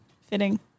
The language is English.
fitting